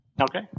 Okay